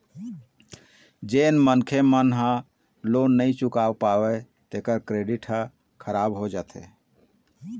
जेन मनखे ह लोन ल नइ चुकावय तेखर क्रेडिट ह खराब हो जाथे